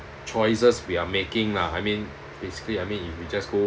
choices we are making ah I mean basically I mean if we just go